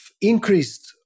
increased